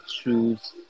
shoes